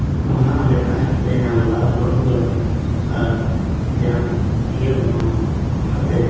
ᱚᱱᱟ ᱚᱸᱰᱮ ᱛᱟᱦᱮᱸ ᱠᱟᱛᱮᱫ ᱧᱟᱭᱜ ᱞᱟᱵᱽ ᱵᱟᱹᱱᱩᱜ ᱠᱟᱫᱟ ᱟᱨ ᱡᱟᱦᱟᱱ ᱤᱭᱟᱹ ᱵᱟᱹᱱᱩᱜᱼᱟ ᱚᱱᱟᱛᱮ